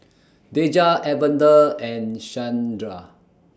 Daja Evander and Shandra